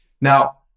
Now